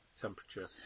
temperature